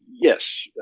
yes